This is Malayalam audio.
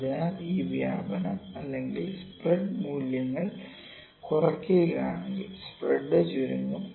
അതിനാൽ ഈ വ്യാപനം അല്ലെങ്കിൽ സ്പ്രെഡ് മൂല്യങ്ങൾ കുറയ്ക്കുകയാണെങ്കിൽ സ്പ്രെഡ് ചുരുങ്ങും